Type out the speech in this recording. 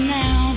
now